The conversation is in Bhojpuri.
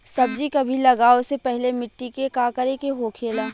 सब्जी कभी लगाओ से पहले मिट्टी के का करे के होखे ला?